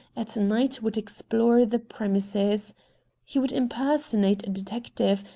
at night would explore the premises he would impersonate a detective,